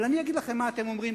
אבל אני אגיד לכם מה אתם אומרים,